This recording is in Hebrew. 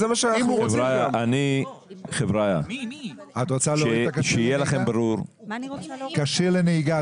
את רוצה להוריד את "כשיר לנהיגה"?